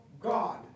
God